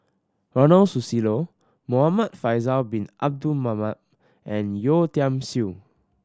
Ronald Susilo Muhamad Faisal Bin Abdul Manap and Yeo Tiam Siew